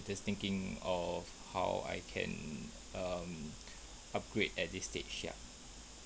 just thinking of how I can um upgrade at this stage ya